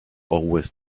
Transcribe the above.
always